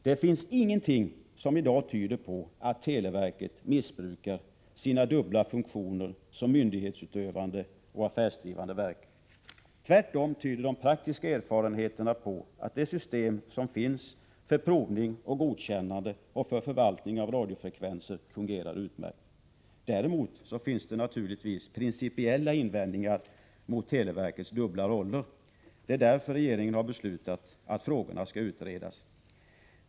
Det finns ingenting som i dag tyder på att televerket missbrukar sina dubbla funktioner som myndighetsutövande och affärsdrivande verk. Tvärtom tyder de praktiska erfarenheterna på att de system som finns för provning och godkännande och för förvaltning av radiofrekvenser fungerar utmärkt. Däremot finns det naturligtvis principiella invändningar mot televerkets dubbla roller. Det är därför som regeringen har beslutat att frågorna skall utredas.